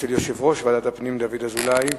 אצל יושב-ראש ועדת הפנים דוד אזולאי,